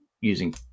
using